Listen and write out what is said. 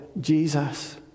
Jesus